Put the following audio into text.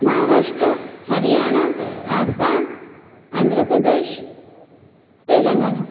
महाराष्ट्रं हरियाणा आसाम् आन्ध्रप्रदेशः तेलङ्गणा